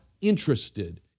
interested